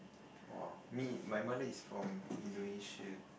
!woah! me my mother is from Indonesia